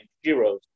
Heroes